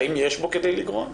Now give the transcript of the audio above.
האם יש בו כדי לגרוע?